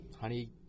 Honey